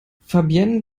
fabienne